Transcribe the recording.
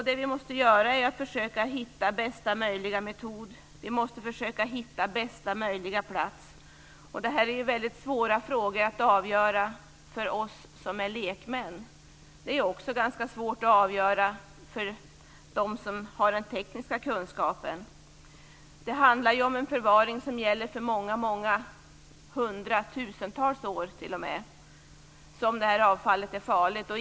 Det vi måste göra är att försöka hitta bästa möjliga metod och bästa möjliga plats. Det här är väldigt svåra frågor att avgöra för oss som är lekmän. Det är också ganska svårt att avgöra för dem som har den tekniska kunskapen. Det handlar om en förvaring som gäller för de många hundra, t.o.m. tusentals, år som det här avfallet är farligt.